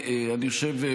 אני חושב,